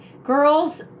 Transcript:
Girls